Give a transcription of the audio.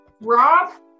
Rob